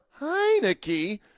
heineke